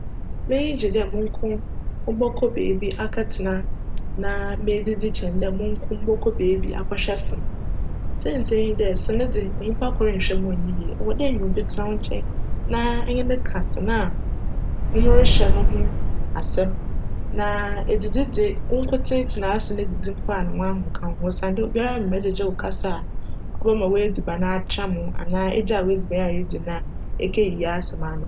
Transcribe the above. M'enyi gye dj mo nko mobckc beebi akjtsena na medzidzi kyen dj monko mobckc beebi akchwj sene. Siantsir nye dj, sene dze myimpa kor nnhwj ma cnnyj yie, cwc dj enya obi tsena wo nkyjn na enye no ka sene a erohwj no ho asjm na edzidzi dze, wo nkotsee tsena ase na edzidzi a, nna w'ahom ka wo ho osiandj obiara mmbjgyegye wo kasa cbjma w'edziban atram wo anaa egyaa w'edziban a eridzi na ekeyiyi asjm ano.